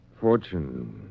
Fortune